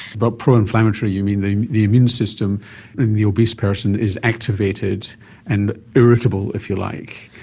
but pro-inflammatory you mean the the immune system in the obese person is activated and irritable, if you like.